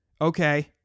Okay